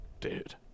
Dude